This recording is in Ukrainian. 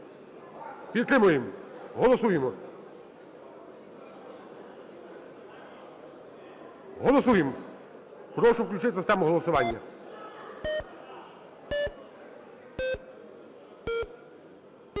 Підтримуєм. Голосуємо. Голосуєм. Прошу включити систему голосування.